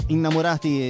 Innamorati